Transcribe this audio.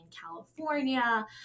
California